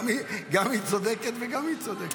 גם היא צודקת וגם היא צודקת.